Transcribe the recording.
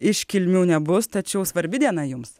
iškilmių nebus tačiau svarbi diena jums